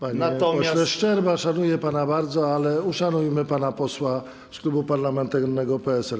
Panie pośle Szczerba, szanuję pana bardzo, ale uszanujmy pana posła z klubu parlamentarnego PSL.